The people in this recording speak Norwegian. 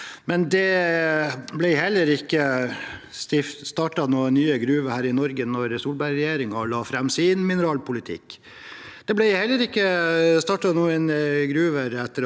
men det ble heller ikke åpnet noen nye gruver her i Norge da Solberg-regjeringen la fram sin mineralpolitikk. Det ble heller ikke åpnet noen gruver etter